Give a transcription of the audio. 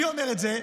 מי אומר את זה?